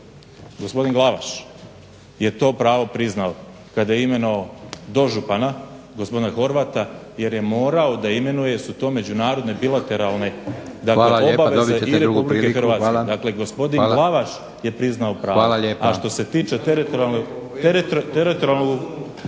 gospodin Glavaš je to pravo priznao kada je imenovao dožupana gospodina Horvata jer je morao da imenuje jer su to međunarodne bilateralne obaveze i Republike Hrvatske. **Leko, Josip (SDP)** Hvala lijepa. Dobit ćete drugu